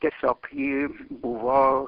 tiesiog ji buvo